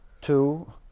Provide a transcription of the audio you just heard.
Two